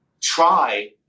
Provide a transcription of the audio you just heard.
try